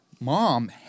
mom